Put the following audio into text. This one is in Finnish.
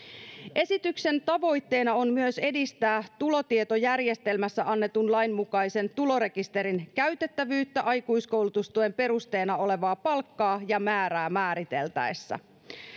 esityksen tavoitteena on myös edistää tulotietojärjestelmässä annetun lain mukaisen tulorekisterin käytettävyyttä aikuiskoulutustuen perusteena olevaa palkkaa ja määrää määriteltäessä